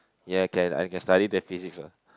ya can I can study that physics lah